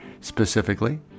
specifically